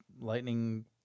lightning